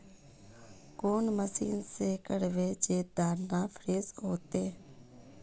कौन मशीन से करबे जे दाना फ्रेस होते?